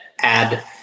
add